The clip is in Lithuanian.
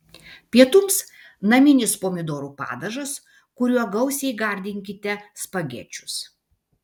pietums naminis pomidorų padažas kuriuo gausiai gardinkite spagečius